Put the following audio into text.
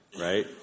right